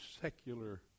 secular